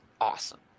awesome